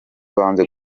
banze